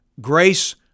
grace